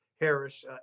Harris